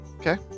Okay